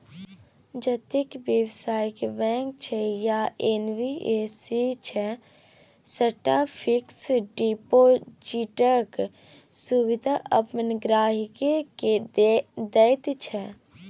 जतेक बेबसायी बैंक छै या एन.बी.एफ.सी छै सबटा फिक्स डिपोजिटक सुविधा अपन गांहिकी केँ दैत छै